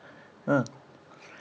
ah